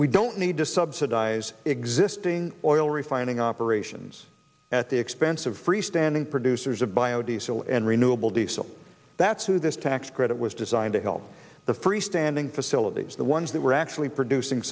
we don't need to subsidize existing oil refining operations at the expense of freestanding producers of bio diesel and renewable diesel that's who this tax credit was designed to help the free standing facilities the ones that were actually producing